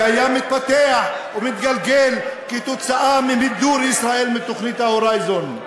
שהיה מתפתח ומתגלגל כתוצאה ממידור ישראל מתוכנית "הורייזן".